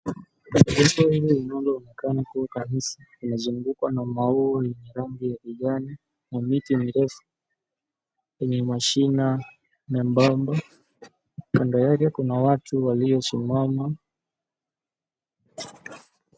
Linaloonekana kuwa kanisa limezungukwa na maua yenye rangi ya kijani na miti mirefu yenye mashina membamba. Kando yake kuna watu waliosimama.